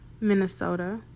Minnesota